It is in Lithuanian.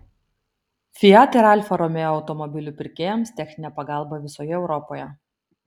fiat ir alfa romeo automobilių pirkėjams techninė pagalba visoje europoje